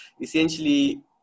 essentially